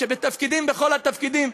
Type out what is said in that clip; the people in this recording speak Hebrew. בכל התפקידים.